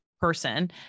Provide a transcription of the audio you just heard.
person